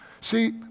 See